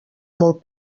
molt